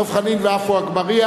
דב חנין ועפו אגבאריה.